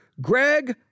Greg